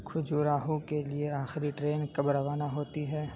کھجوراہو کے لیے آخری ٹرین کب روانہ ہوتی ہے